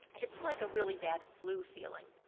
it's like a really bad flu feeling.